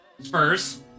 Spurs